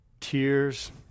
tears